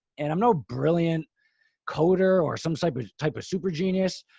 and i'm no brilliant coder or some type of type of super genius.